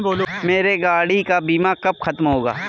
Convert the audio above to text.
मेरे गाड़ी का बीमा कब खत्म होगा?